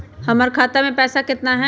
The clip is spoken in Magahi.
हमर खाता मे पैसा केतना है?